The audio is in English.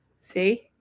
see